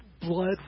blood